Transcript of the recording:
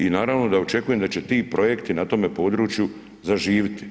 I naravno da očekujem da će ti projekti na tome području zaživiti.